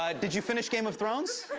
ah did you finish game of thrones?